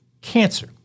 cancer